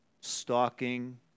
stalking